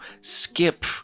skip